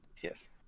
Yes